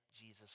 Jesus